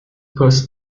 first